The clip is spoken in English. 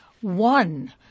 one